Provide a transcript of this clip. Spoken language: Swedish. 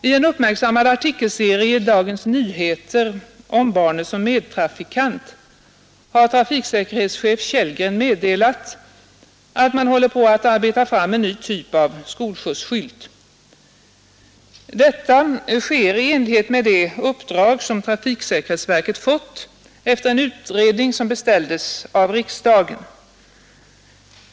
I en uppmärksammad artikelserie i Dagens Nyheter om barnet som medtrafikant har trafiksäkerhetschefen Tjällgren meddelat, att man håller på att arbeta fram en ny typ av skolskjutsskylt. Detta sker i enlighet med det uppdrag som trafiksäkerhetsverket fått efter en utredning som beställdes av riksdagen.